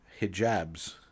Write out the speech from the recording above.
hijabs